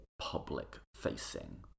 public-facing